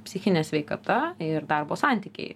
psichinė sveikata ir darbo santykiai